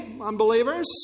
unbelievers